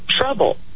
trouble